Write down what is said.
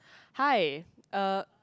hi uh